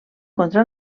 contra